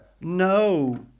No